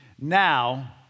Now